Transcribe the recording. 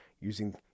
using